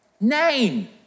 name